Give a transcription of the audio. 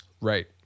right